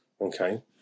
okay